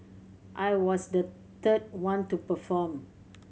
I was the third one to perform